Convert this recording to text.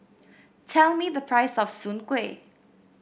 tell me the price of Soon Kuih